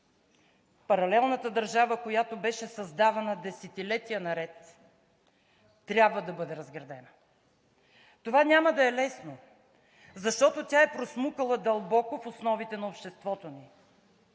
паралелната държава, която беше създавана десетилетия наред, трябва да бъде разградена. Това няма да е лесно, защото тя се е просмукала дълбоко в основите на обществото ни,